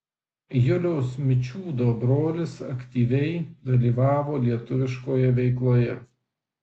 juliaus mičiūdo brolis aktyviai dalyvavo lietuviškoje veikloje